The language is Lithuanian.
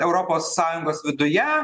europos sąjungos viduje